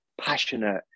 passionate